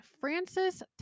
Francis